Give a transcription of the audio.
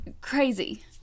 Crazy